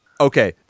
Okay